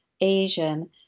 Asian